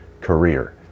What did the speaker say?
career